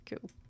cool